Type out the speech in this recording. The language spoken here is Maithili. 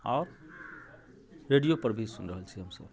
आओर रेडियोपर भी सुनि रहल छी हमसभ